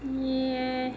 ya